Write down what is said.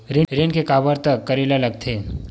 ऋण के काबर तक करेला लगथे?